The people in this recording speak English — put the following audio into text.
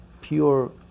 pure